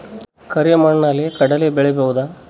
ಕರಿ ಮಣ್ಣಲಿ ಕಡಲಿ ಬೆಳಿ ಬೋದ?